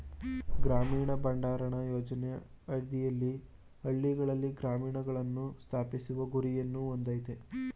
ಗ್ರಾಮೀಣ ಭಂಡಾರಣ ಯೋಜನೆ ಅಡಿಯಲ್ಲಿ ಹಳ್ಳಿಗಳಲ್ಲಿ ಉಗ್ರಾಣಗಳನ್ನು ಸ್ಥಾಪಿಸುವ ಗುರಿಯನ್ನು ಹೊಂದಯ್ತೆ